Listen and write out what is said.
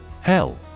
Hell